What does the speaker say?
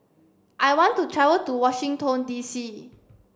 I want to travel to Washington D C